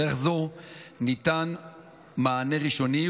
בדרך זו ניתן מענה ראשוני,